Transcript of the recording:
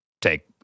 take